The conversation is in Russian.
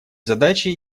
задачей